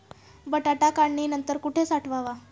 बटाटा काढणी नंतर कुठे साठवावा?